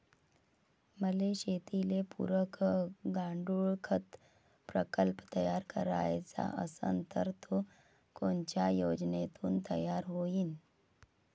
मले शेतीले पुरक गांडूळखत प्रकल्प तयार करायचा असन तर तो कोनच्या योजनेतून तयार होईन?